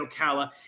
Ocala